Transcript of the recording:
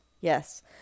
yes